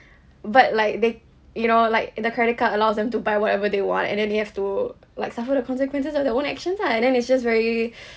but like they you know like the credit card allows them to buy whatever they want and then you have to like suffer the consequences of their own actions ah and then it's just very